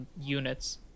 units